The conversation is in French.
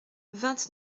vingt